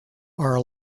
are